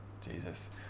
Jesus